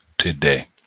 today